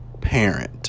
Parent